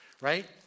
right